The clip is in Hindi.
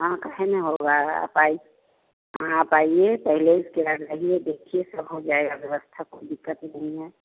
हाँ कहें ना हाँ आप आइये पहले सब देखिये सब हो जायेगा व्यवस्था कोई दिक्कत नहीं है